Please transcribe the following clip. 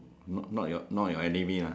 not not not your not your enemy lah